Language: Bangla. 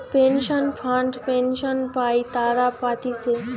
পেনশন ফান্ড পেনশন পাই তারা পাতিছে